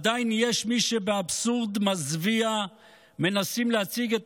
עדיין יש מי שבאבסורד מזוויע מנסים להציג את